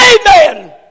Amen